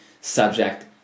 subject